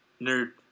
nerd